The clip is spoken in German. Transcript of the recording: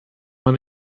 man